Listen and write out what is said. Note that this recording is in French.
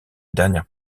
dernière